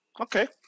Okay